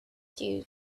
stew